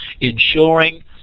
ensuring